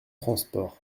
transport